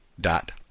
dot